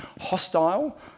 hostile